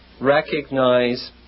recognize